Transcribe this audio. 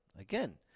Again